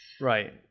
Right